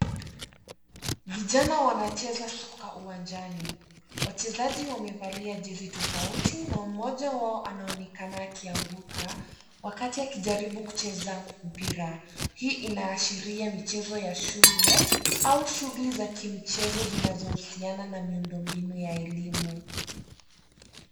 Vijana wanacheza soka uwanjani. Wachezaji wamevalia jezi tofauti na mmoja wao anaonekana akianguka wakati akijaribu kucheza mpira. Hii inaashiria michezo ya shule au shughuli za kimichezo zinazohusiana na muindombinu za elimu.